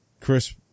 Chris